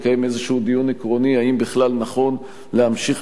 לקיים איזשהו דיון עקרוני אם בכלל נכון להמשיך